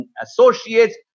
associates